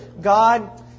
God